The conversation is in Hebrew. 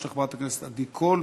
של חברת הכנסת עדי קול.